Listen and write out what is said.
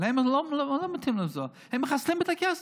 הם, לא מתאים להם, הם מחסלים את הכסף.